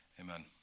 Amen